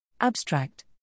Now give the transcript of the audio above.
abstract